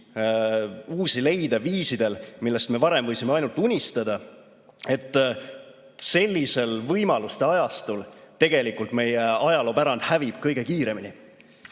uusi leide viisidel, millest me varem võisime ainult unistada, sellisel võimaluste ajastul tegelikult meie ajaloopärand hävib kõige kiiremini. Üks